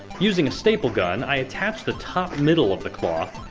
using a staple gun, i attach the top middle of the cloth,